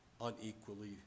unequally